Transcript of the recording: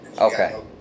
Okay